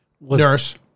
Nurse